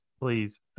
Please